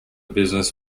business